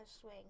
swing